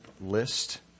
list